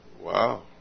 Wow